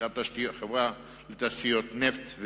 החברה לתעשיות נפט,